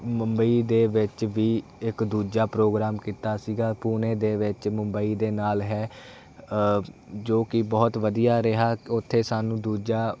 ਮੁੰਬਈ ਦੇ ਵਿੱਚ ਵੀ ਇੱਕ ਦੂਜਾ ਪ੍ਰੋਗਰਾਮ ਕੀਤਾ ਸੀਗਾ ਪੂਨੇ ਦੇ ਵਿੱਚ ਮੁੰਬਈ ਦੇ ਨਾਲ ਹੈ ਜੋ ਕਿ ਬਹੁਤ ਵਧੀਆ ਰਿਹਾ ਉੱਥੇ ਸਾਨੂੰ ਦੂਜਾ